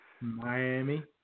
Miami